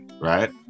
right